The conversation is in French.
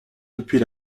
depuis